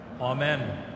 Amen